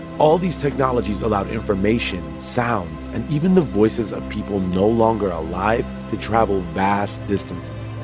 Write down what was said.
all these technologies allowed information, sounds and even the voices of people no longer alive to travel vast distances.